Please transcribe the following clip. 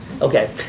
okay